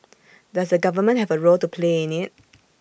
does the government have A role to play in IT